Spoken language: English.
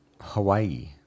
Hawaii